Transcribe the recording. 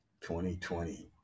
2020